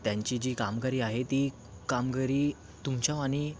त्यांची जी कामगरी आहे ती कामगरी तुमच्यावाणी